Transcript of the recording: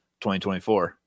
2024